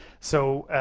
so,